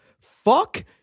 Fuck